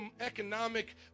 economic